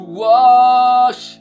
wash